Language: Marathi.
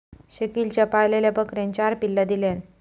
शकिलच्या पाळलेल्या बकरेन चार पिल्ला दिल्यान